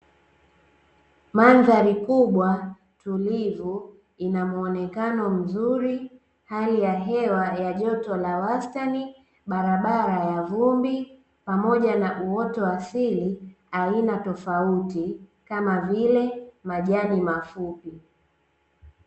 Mandhari kubwa tulivu ina muonekano mzuri, hali ya hewa ya joto la wastani, barabara ya vumbi pamoja na uoto wa asili aina tofauti kama vile: majani mafupi .